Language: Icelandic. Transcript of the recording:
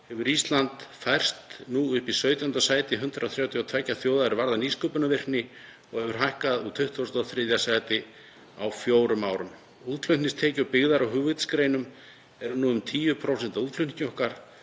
hefur Ísland færst upp í 17. sæti af 132 þjóðum er varðar nýsköpunarvirkni og hefur hækkað úr 23. sæti á fjórum árum. Útflutningstekjur byggðar á hugvitsgreinum eru nú um 10% af útflutningi okkar.